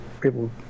people